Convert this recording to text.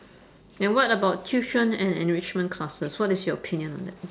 and what about tuition and enrichment classes what is your opinion on that